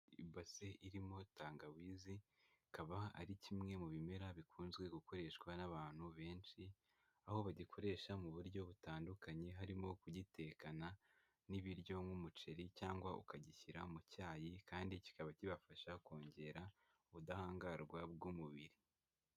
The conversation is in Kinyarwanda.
Ibase irimo tangawizi, ikaba ari kimwe mu bimera bikunze gukoreshwa n'abantu benshi, aho bagikoresha mu buryo butandukanye, harimo kugitekana n'ibiryo nk'umuceri, cyangwa ukagishyira mu cyayi, kandi kikaba kibafasha kongera ubudahangarwa bw'umubiri.